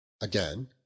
Again